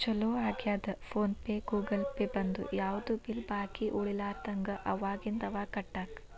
ಚೊಲೋ ಆಗ್ಯದ PhonePe Google Pay ಬಂದು ಯಾವ್ದು ಬಿಲ್ ಬಾಕಿ ಉಳಿಲಾರದಂಗ ಅವಾಗಿಂದ ಅವಾಗ ಕಟ್ಟಾಕ